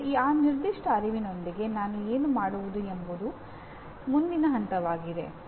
ಈಗ ಆ ನಿರ್ದಿಷ್ಟ ಅರಿವಿನೊಂದಿಗೆ ನಾನು ಏನು ಮಾಡುವುದು ಎಂಬುವುದು ಮುಂದಿನ ಹಂತವಾಗಿದೆ